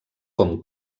com